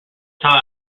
close